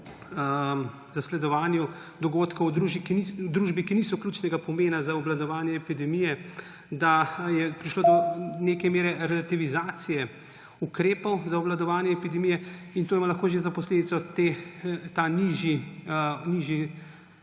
zasledovanju dogodkov v družbi, ki niso ključnega pomena za obvladovanje epidemije, je prišlo do neke mere relativizacije ukrepov za obvladovanje epidemije, in to ima lahko za posledico to nižjo